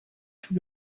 tout